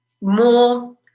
more